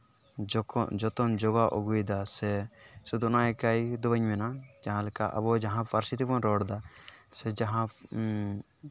ᱡᱚᱛᱚᱱ ᱡᱚᱜᱟᱣ ᱟᱹᱜᱩᱭᱫᱟ ᱥᱮ ᱥᱩᱫᱷᱩ ᱚᱱᱟ ᱮᱠᱟᱭ ᱫᱚ ᱵᱟᱹᱧ ᱢᱮᱱᱟ ᱡᱟᱦᱟᱸ ᱞᱮᱠᱟ ᱟᱵᱚ ᱡᱟᱦᱟᱸ ᱯᱟᱹᱨᱥᱤ ᱛᱮᱵᱚᱱ ᱨᱚᱲᱫᱟ ᱥᱮ ᱡᱟᱦᱟᱸ